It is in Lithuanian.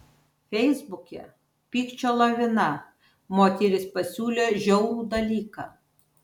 feisbuke pykčio lavina moteris pasiūlė žiaurų dalyką